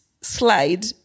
slide